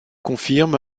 confirme